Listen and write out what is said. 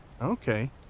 Okay